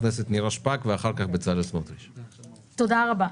תודה רבה.